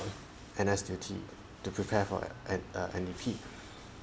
N_S duty to prepare for N_D_P